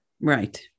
right